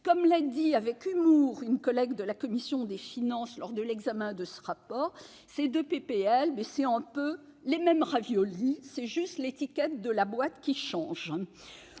Comme l'a dit avec humour une collègue de la commission des finances lors de l'examen du rapport : ces deux textes, ce sont un peu les mêmes raviolis, c'est juste l'étiquette de la boîte qui change !